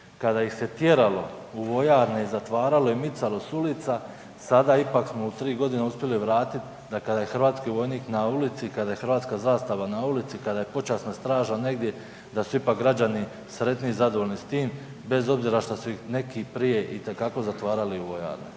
kada ih se tjeralo u vojarne i zatvaralo i micalo s ulica, sada ipak smo u 3 godine uspjeli vratiti da kada je hrvatski vojnik na ulici, kada je hrvatska zastava na ulici, kada je počasna straža negdje, da su ipak građani sretniji i zadovoljni s tim, bez obzira što su ih neki prije itekako zatvarali u vojarne.